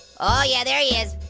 oh, yeah, there he is,